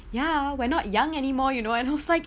ya we're not young anymore you know and I was like